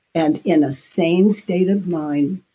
and in a sane state of mind,